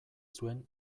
zuen